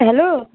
hello